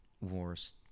wars